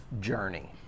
journey